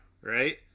right